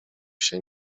się